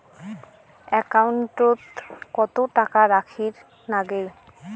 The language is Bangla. একাউন্টত কত টাকা রাখীর নাগে?